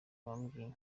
bambwiye